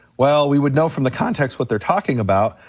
well we would know from the context what they're talking about,